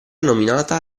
nominata